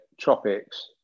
Tropics